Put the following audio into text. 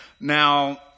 Now